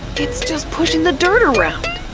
it's just pushing the dirt around!